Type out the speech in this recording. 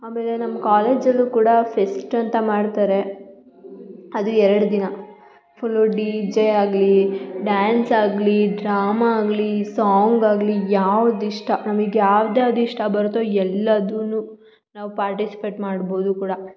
ಆಮೇಲೆ ನಮ್ಮ ಕಾಲೇಜಲ್ಲೂ ಕೂಡ ಫೆಸ್ಟಂತ ಮಾಡ್ತಾರೆ ಅದು ಎರಡು ದಿನ ಫುಲ್ಲು ಡಿ ಜೆ ಆಗಲಿ ಡ್ಯಾನ್ಸ್ ಆಗಲಿ ಡ್ರಾಮ ಆಗಲಿ ಸಾಂಗ್ ಆಗಲಿ ಯಾವುದಿಷ್ಟ ನಮಿಗೆ ಯಾವ್ದು ಯಾವ್ದು ಇಷ್ಟ ಬರುತ್ತೊ ಎಲ್ಲದನ್ನೂ ನಾವು ಪಾರ್ಟಿಸ್ಪೇಟ್ ಮಾಡ್ಬೋದು ಕೂಡ